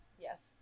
Yes